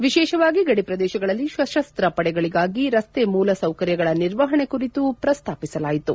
ವಿಶೇಷವಾಗಿ ಗಡಿ ಪ್ರದೇಶಗಳಲ್ಲಿ ಶಸನ್ತ ಪಡೆಗಳಿಗಾಗಿ ರಸ್ತೆ ಮೂಲ ಸೌಕರ್ಯಗಳ ನಿರ್ವಹಣೆ ಕುರಿತು ಪ್ರಸ್ತಾಪಿಸಲಾಯಿತು